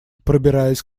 пробираясь